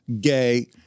gay